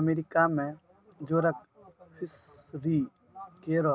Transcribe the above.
America में जोडक fishery केरो